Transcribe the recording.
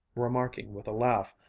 remarking with a laugh,